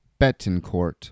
Betancourt